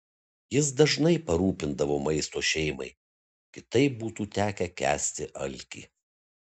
jis dažnai parūpindavo maisto šeimai kitaip būtų tekę kęsti alkį